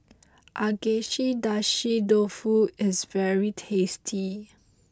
Agedashi Dofu is very tasty